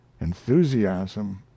enthusiasm